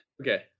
okay